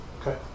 Okay